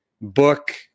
book